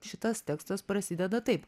šitas tekstas prasideda taip